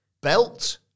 belt